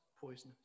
poisonous